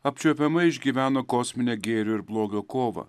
apčiuopiamai išgyveno kosminę gėrio ir blogio kovą